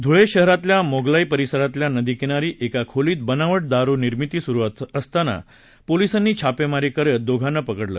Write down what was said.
धुळे शहरातील मोगलाई परिसरातील नदी किनारी एका खोलीत बनावट दारु निर्मिती सुरु असतांना पोलिसांनी छापेमारी करत दोघांना पकडलं